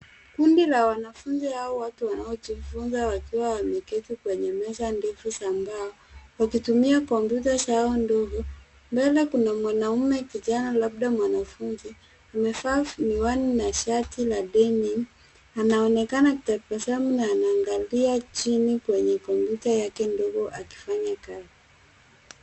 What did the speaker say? Kundi la wanafunzi au watu wanaojifunza, wakiwa wameketi kwenye meza ndefu za mbao, wakitumia kompyuta zao ndogo. Mbele kuna mwanaume kijana, labda mwanafunzi, amevaa miwani na shati la denim , anaonekana akitabasamu na anaangalia chini, kwenye kompyuta yake ndogo akifanya kazi.